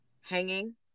hanging